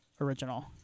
original